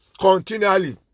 continually